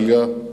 דליה,